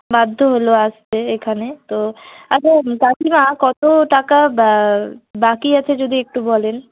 বাধ্য হল আসতে এখানে তো আচ্ছা কাকিমা কত টাকা বা বাকি আছে যদি একটু বলেন